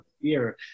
fear